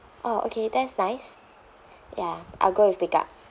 oh okay that's nice ya I'll go with pick up